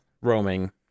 roaming